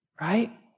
right